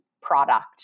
product